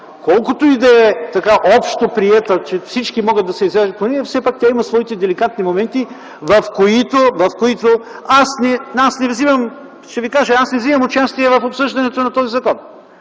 колкото и да е общоприета, че всички могат да се изказват по нея, все пак тя има своите деликатни моменти, в които ... Ще ви кажа, аз не взимам участие в обсъждането на този закон